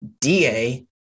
DA